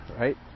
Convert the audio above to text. right